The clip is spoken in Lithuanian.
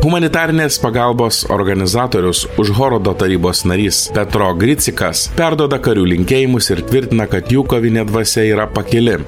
humanitarinės pagalbos organizatorius užhorodo tarybos narys petro gricikas perduoda karių linkėjimus ir tvirtina kad jų kovinė dvasia yra pakili